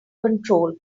control